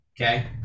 Okay